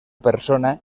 persona